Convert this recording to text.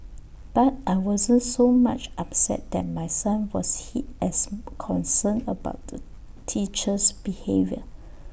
but I wasn't so much upset that my son was hit as concerned about the teacher's behaviour